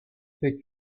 fait